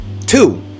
two